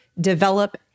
develop